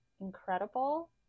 incredible